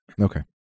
Okay